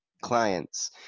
clients